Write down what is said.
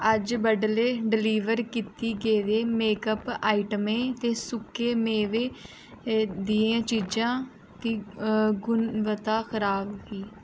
अज्ज बडलै डलीवर कीती गेदियें मेकअप आइटमें ते सुक्के मेवें दियें चीजां दी गुणवत्ता खराब ही